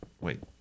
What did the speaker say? wait